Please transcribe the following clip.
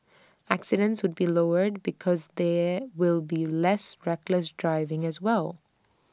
accidents would be lowered because there will be less reckless driving as well